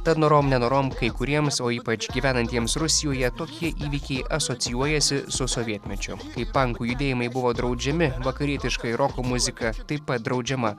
tad norom nenorom kai kuriems o ypač gyvenantiems rusijoje tokie įvykiai asocijuojasi su sovietmečiu kai pankų judėjimai buvo draudžiami vakarietiškai roko muzika taip pat draudžiama